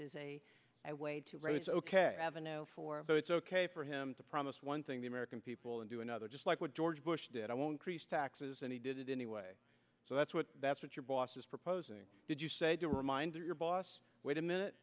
is a way to raise ok avenue for the it's ok for him to promise one thing the american people into another just like what george bush did i won't crease taxes and he did it anyway so that's what that's what your boss is proposing did you say to remind your boss wait a minute